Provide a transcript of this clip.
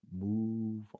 move